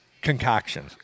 Concoction